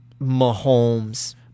Mahomes